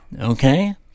Okay